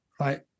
right